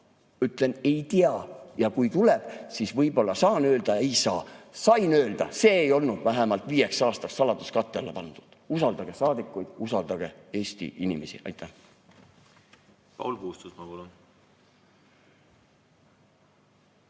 Ütlen: "Ei tea. Ja kui see tuleb, siis võib-olla saan öelda, võib-olla ei saa." Sain öelda, see ei olnud vähemalt viieks aastaks saladuskatte alla pandud. Usaldage saadikuid, usaldage Eesti inimesi. Aitäh!